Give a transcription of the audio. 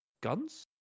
guns